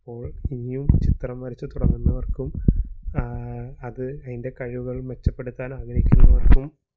അപ്പോൾ ഇനിയും ചിത്രം വരച്ച് തുടങ്ങുന്നവർക്കും അത് അതിൻ്റെ കഴിവുകൾ മെച്ചപ്പെടുത്താൻ ആഗ്രഹിക്കുന്നവർക്കും